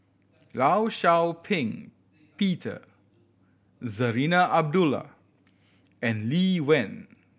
Law Shau Ping Peter Zarinah Abdullah and Lee Wen